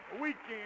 Weekend